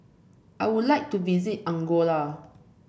I would like to visit Angola